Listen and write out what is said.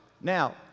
Now